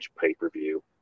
pay-per-view